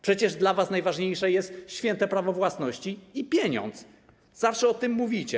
Przecież dla was najważniejsze jest święte prawo własności i pieniądz, zawsze o tym mówicie.